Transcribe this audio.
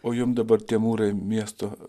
o jum dabar tie mūrai miesto